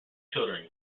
children